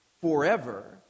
forever